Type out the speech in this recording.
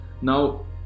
now